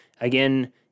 Again